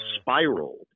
spiraled